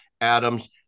Adams